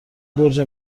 برج